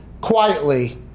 quietly